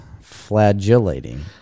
Flagellating